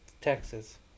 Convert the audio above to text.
Texas